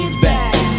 back